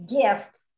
gift